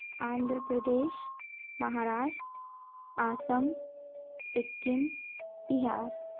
Andhra Pradesh Maharashtra Assam Sikkim Bihar